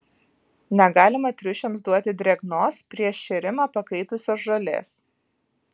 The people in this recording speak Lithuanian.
negalima triušiams duoti drėgnos prieš šėrimą pakaitusios žolės